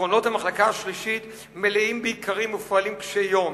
קרונות המחלקה השלישית מלאים באיכרים ופועלים קשי-יום